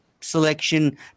selection